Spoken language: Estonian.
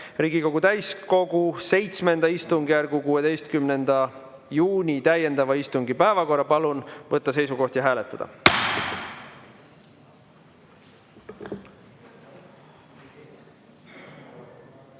Riigikogu täiskogu VII istungjärgu 16. juuni täiendava istungi päevakorra. Palun võtta seisukoht ja hääletada!